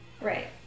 Right